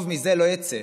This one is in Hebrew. טוב מזה לא יצא.